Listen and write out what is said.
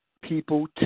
people